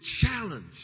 challenge